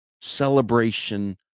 Celebration